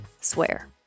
swear